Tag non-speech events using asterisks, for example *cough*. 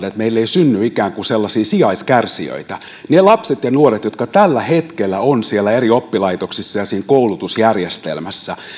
*unintelligible* että meillä ei synny ikään kuin sellaisia sijaiskärsijöitä niiden lasten ja nuorten osalta jotka tällä hetkellä ovat siellä eri oppilaitoksissa ja siinä koulutusjärjestelmässä